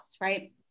right